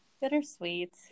bittersweet